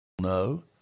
no